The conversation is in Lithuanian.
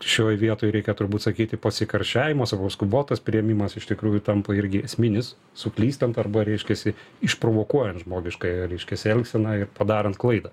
šioj vietoj reikia turbūt sakyti pasikarščiavimas skubotas priėmimas iš tikrųjų tampa irgi esminis suklystant arba reiškiasi išprovokuojant žmogiškąją reiškias elgseną ir padarant klaidą